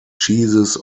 cheeses